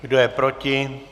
Kdo je proti?